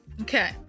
Okay